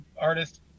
artist